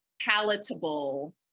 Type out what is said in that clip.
palatable